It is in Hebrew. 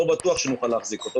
לא בטוח שנוכל להחזיק אותו.